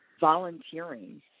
volunteering